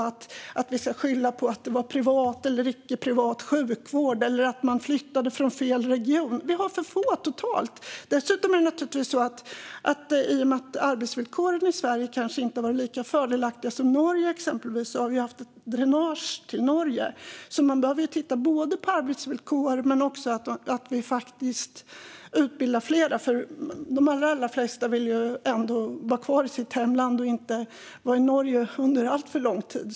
Vi kan heller inte skylla på att sjukvården var privat eller icke-privat, eller att folk flyttar mellan regionerna. Vi har för få totalt sett. I och med att arbetsvillkoren i Sverige inte har varit lika fördelaktiga som exempelvis i Norge har vi haft ett dränage dit. Man behöver därför titta på arbetsvillkor och också utbilda fler. De allra flesta vill ändå vara kvar i sitt hemland och inte vara i Norge under alltför lång tid.